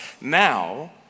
now